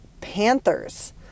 Panthers